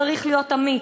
צריך להיות אמיץ,